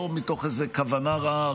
ולא מתוך איזו כוונה רעה,